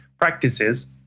practices